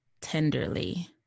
tenderly